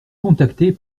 contactée